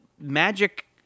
magic